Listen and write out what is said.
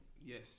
Yes